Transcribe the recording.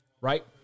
right